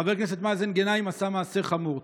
חבר הכנסת מאזן גנאים עשה מעשה חמור.